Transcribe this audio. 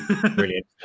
Brilliant